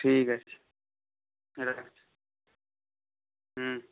ঠিক আছে রাখছি হুম